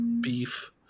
beef